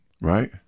right